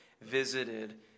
Visited